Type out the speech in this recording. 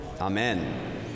Amen